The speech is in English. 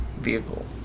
vehicle